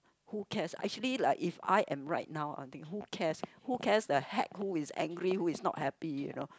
who cares actually like if I am right now I think who cares who cares the heck who is angry who is not happy you know